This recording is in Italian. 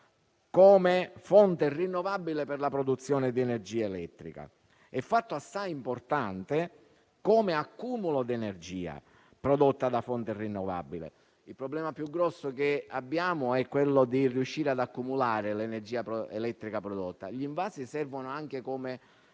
come fonte rinnovabile per la produzione di energia elettrica e, fatto assai importante, come accumulo di energia prodotta da fonte rinnovabile. Il problema più grosso che abbiamo è quello di riuscire ad accumulare l'energia elettrica prodotta. Gli invasi servono anche come